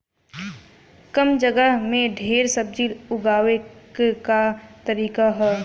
कम जगह में ढेर सब्जी उगावे क का तरीका ह?